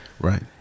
Right